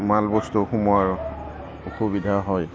মালবস্তু সোমোৱাৰ অসুবিধা হয়